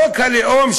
חוק הלאום,